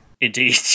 indeed